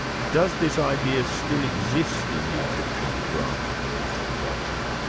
does this idea still exist in the egyptian branch of the muslim brotherhood?